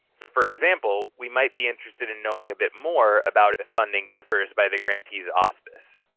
so for example, we might be interested in knowing a bit more about if funding differs by the grantees auspice.